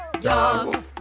dogs